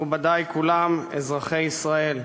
מכובדי כולם, אזרחי ישראל,